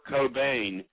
Cobain